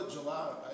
Gelato